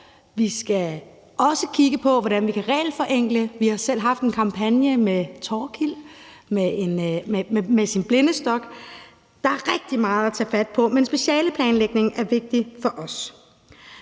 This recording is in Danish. Vi skal også kigge på, hvordan vi kan regelforenkle. Vi har selv haft en kampagne med Thorkild med sin blindestok. Der er rigtig meget at tage fat på, men specialeplanlægning er vigtig for os.